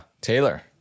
Taylor